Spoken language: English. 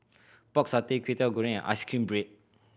Pork Satay Kway Teow Goreng ice cream bread